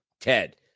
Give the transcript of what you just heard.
Ted